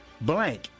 blank